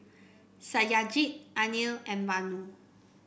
Satyajit Anil and Vanu